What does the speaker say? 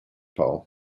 pole